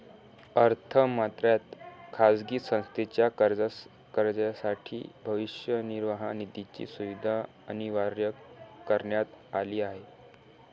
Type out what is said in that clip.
अर्थ मंत्रालयात खाजगी संस्थेच्या कर्मचाऱ्यांसाठी भविष्य निर्वाह निधीची सुविधा अनिवार्य करण्यात आली आहे